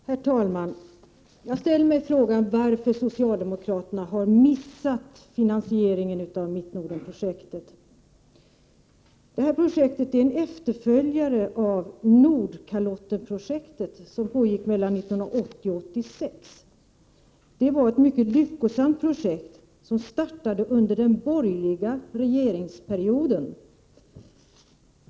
Herr talman! Jag undrar varför socialdemokraterna har missat finansieringen av Mittnordenprojektet. Detta projekt är en efterföljare till Nordkalottenprojektet som genomfördes åren 1980-1986. Det var ett mycket lyckosamt projekt och det påbörjades under den borgerliga regeringsperioden.